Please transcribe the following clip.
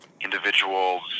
individuals